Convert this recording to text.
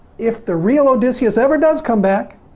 if the real odysseus ever does come back,